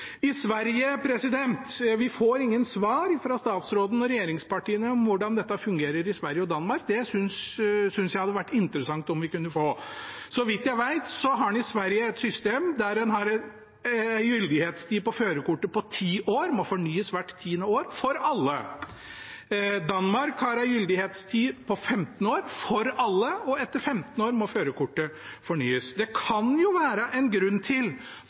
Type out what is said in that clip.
Vi får ingen svar fra statsråden og regjeringspartiene på hvordan dette fungerer i Sverige og Danmark. Det synes jeg det hadde vært interessant om vi kunne få. Så vidt jeg vet, har en i Sverige et system der en har en gyldighetstid på førerkortet på ti år – det må fornyes hvert tiende år – for alle. Danmark har en gyldighetstid på 15 år for alle, og etter 15 år må førerkortet fornyes. Det kan jo være en grunn til